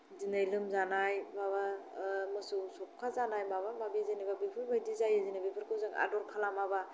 दिनै लोमजानाय माबा मोसौ सौखा जानाय माबा माबि जेनेबा बेफोर बायदि जायो जेनेबा बेफोरखौ जों आदर खालामाबा